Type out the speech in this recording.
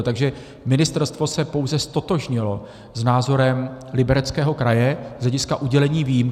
Takže ministerstvo se pouze ztotožnilo s názorem Libereckého kraje z hlediska udělení výjimky...